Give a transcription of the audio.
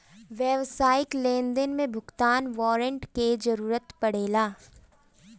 व्यावसायिक लेनदेन में भुगतान वारंट कअ जरुरत पड़ेला